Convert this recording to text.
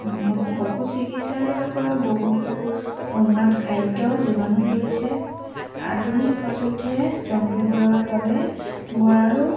পশু চিকিৎসালয়ৰ পৰা বহুতো উন্নত খাদ্য যোগানো ধৰিছে আধুনিক প্ৰযুক্তিৰে জন্তুবোৰৰ বাবে গঁৰালো